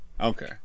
Okay